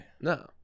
No